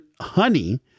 honey